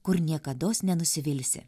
kur niekados nenusivilsi